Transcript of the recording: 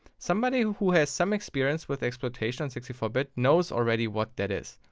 somebody who has some experience with exploitation on sixty four bit knows already what that is.